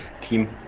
Team